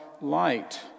light